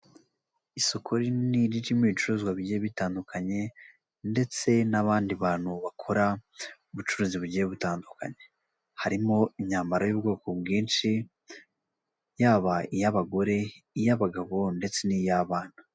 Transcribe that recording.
Isoko rinini ririmo ibicuruzwa bigiye bitandukanye ndetse n'abandi bantu bakora ubucuruzi bugiye butandukanye. Harimo imyambaro y'ubwoko bwinshi yaba iy'abagore, iy'abagabo ndetse n'iy'abana.